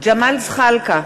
ג'מאל זחאלקה,